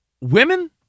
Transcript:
women